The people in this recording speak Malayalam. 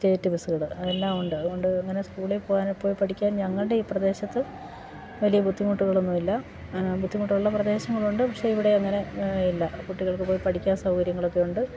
സ്റ്റേറ്റ് ബസ്സുകൾ എല്ലാം ഉണ്ട് അതു കൊണ്ട് അങ്ങനെ സ്കൂളിൽ പോകാൻ പോയി പഠിക്കാൻ ഞങ്ങളുടെ ഈ പ്രദേശത്ത് വലിയ ബുദ്ധിമുട്ടുകളൊന്നുമില്ല ബുദ്ധിമുട്ടുള്ള പ്രദേശങ്ങളുണ്ട് പക്ഷെ ഇവിടെ അങ്ങനെ ഇല്ല കുട്ടികൾക്കു പോയി പഠിക്കാൻ സൗകര്യങ്ങളൊക്കെ ഉണ്ട്